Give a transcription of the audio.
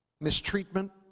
mistreatment